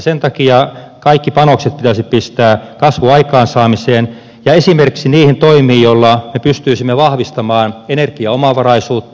sen takia kaikki panokset pitäisi pistää kasvun aikaansaamiseen ja esimerkiksi niihin toimiin joilla me pystyisimme vahvistamaan energiaomavaraisuutta